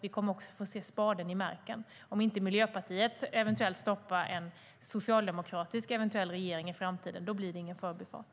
Vi kommer därför att få se spaden i marken, om inte Miljöpartiet stoppar en eventuell socialdemokratisk regering i framtiden. Då blir det ingen förbifart.